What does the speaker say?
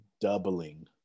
doubling